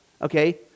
okay